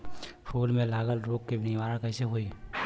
फूल में लागल रोग के निवारण कैसे होयी?